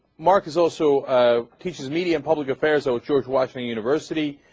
mark is also teaches media and public affairs of george washington university